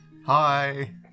Hi